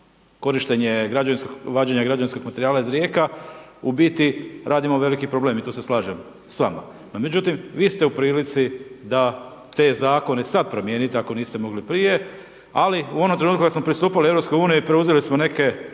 vađenje građevinskog materijala iz rijeka u biti radimo veliki problem i tu se slažem s vama. No međutim, vi ste u prilici da te zakone sad promijenit ako niste mogli prije, ali u onom trenutku kad smo pristupali EU i preuzeli smo neke